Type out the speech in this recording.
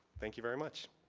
thank you very much.